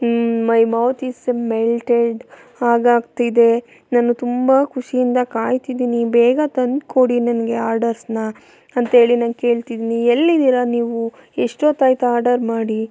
my mouth is a melted ಹಾಗಾಗ್ತಿದೆ ನಾನು ತುಂಬ ಖುಷಿಯಿಂದ ಕಾಯ್ತಿದ್ದೀನಿ ಬೇಗ ತಂದ್ಕೊಡಿ ನನಗೆ ಆರ್ಡರ್ಸ್ನ ಅಂಥೇಳಿ ನಾನು ಕೇಳ್ತಿದ್ದೀನಿ ಎಲ್ಲಿದ್ದೀರ ನೀವು ಎಷ್ಟೊತ್ತಾಯಿತು ಆರ್ಡರ್ ಮಾಡಿ